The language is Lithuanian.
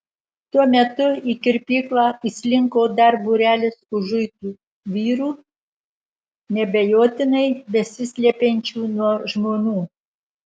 tuo metu į kirpyklą įslinko dar būrelis užuitų vyrų neabejotinai besislepiančių nuo žmonų